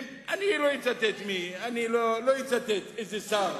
אני לא אצטט איזה שר